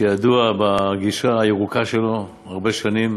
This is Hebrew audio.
שידוע בגישה הירוקה שלו הרבה שנים.